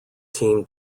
team